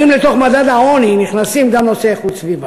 האם לתוך מדד העוני נכנסים גם נושאי איכות סביבה?